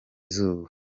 izuba